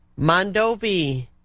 Mondovi